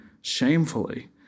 shamefully